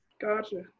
Gotcha